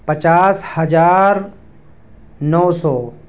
پچاس ہزار نو سو